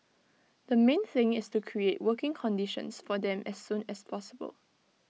the main thing is to create working conditions for them as soon as possible